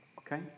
Okay